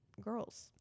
Girls